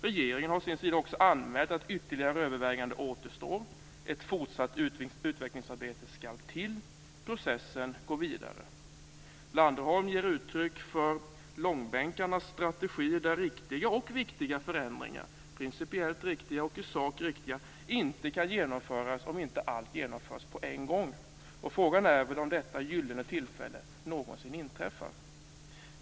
Regeringen har å sin sida också anmält att ytterligare överväganden återstår. Ett fortsatt utvecklingsarbete skall till. Processen går vidare. Landerholm ger uttryck för långbänkarnas strategi, där viktiga och principiellt och i sak riktiga förändringar inte kan genomföras om inte allt genomförs på en gång. Frågan är om detta gyllene tillfälle någonsin inträffar.